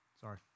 sorry